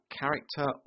character